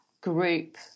group